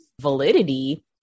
validity